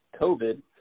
COVID